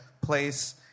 place